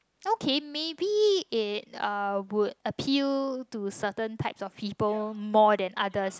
okay maybe it uh would appeal to certain types of people more than others